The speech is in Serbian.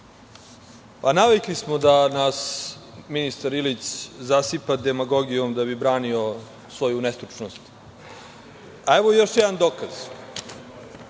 Hvala. Navikli smo da nas ministar Ili zasipa demagogijom, da bi branio svoju nestručnost. Evo još jedan dokaz.